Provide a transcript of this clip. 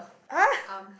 !huh!